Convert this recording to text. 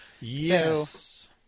Yes